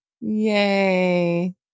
Yay